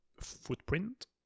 footprint